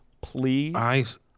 Please